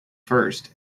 first